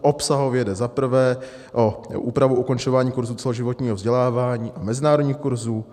Obsahově jde za prvé o úpravu ukončování kurzů celoživotního vzdělávání a mezinárodních kurzů.